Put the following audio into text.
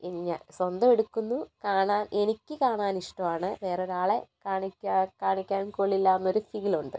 ഇനി ഞാൻ സ്വന്തം എടുക്കുന്നു കാണാൻ എനിക്ക് കാണാൻ ഇഷ്ടമാണ് വേറൊരാളെ കാണിക്കാൻ കാണിക്കാൻ കൊള്ളില്ലാന്നൊരു ഫീലുണ്ട്